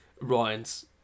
Ryan's